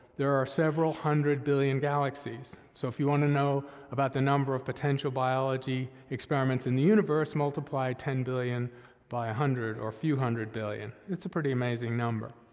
there are several hundred billion galaxies, so if you wanna know about the number of potential biology experiments in the universe, multiply ten billion by a hundred or a few hundred billion. it's a pretty amazing number.